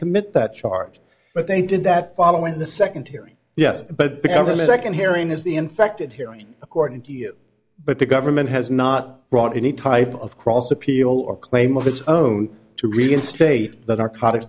commit that charge but they did that following the second hearing yes but the government and hearing is the infected hearing according to you but the government has not brought any type of cross appeal or claim of its own to reinstate the narcotics